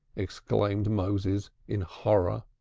exclaimed moses in horror. i